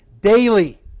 Daily